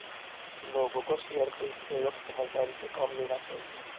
लोगों को शेयर खरीदते वक्त समझदारी से काम लेना चाहिए